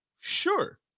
Sure